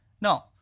No